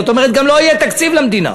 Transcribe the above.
זאת אומרת גם לא יהיה תקציב למדינה.